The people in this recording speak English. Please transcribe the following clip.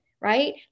right